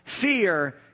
Fear